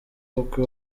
kuko